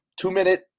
two-minute